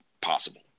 possible